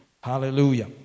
Hallelujah